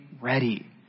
ready